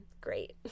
great